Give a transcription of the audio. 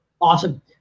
Awesome